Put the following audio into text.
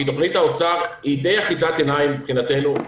כי תוכנית האוצר היא די אחיזת עיניים מבחינתנו.